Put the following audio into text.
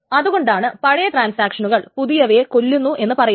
അതുകൊണ്ടാണ് പഴയ ട്രാൻസാക്ഷനുകൾ പുതിയവയെ കൊല്ലുന്നു എന്ന് പറയുന്നത്